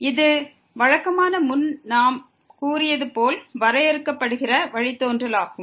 இது வழக்கமான முன் நாம் கூறியது போல் வரையறுக்கப்படுகிற வழித்தோன்றல் ஆகும்